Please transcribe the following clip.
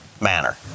manner